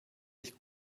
sich